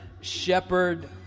shepherd